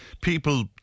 people